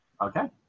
Okay